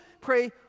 pray